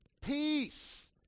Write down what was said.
peace